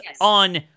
on